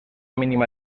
mínima